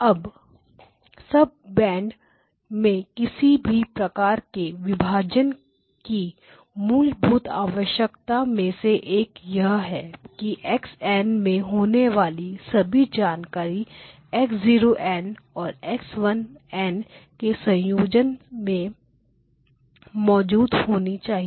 अब sub band में किसी भी प्रकार के विभाजन की मूलभूत आवश्यकताओं में से एक यह है कि x n में होने वाली सभी जानकारी x0 n और x1 n के संयोजन में मौजूद होनी चाहिए